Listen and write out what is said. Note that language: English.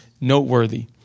noteworthy